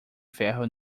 ferro